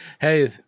Hey